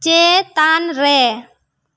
ᱪᱮᱛᱟᱱ ᱨᱮ